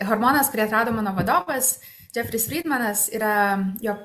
hormonas kurį atrado mano vadovas džefris frydmanas yra jo